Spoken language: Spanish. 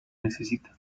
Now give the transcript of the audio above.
necesita